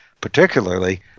particularly